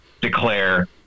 declare